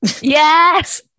yes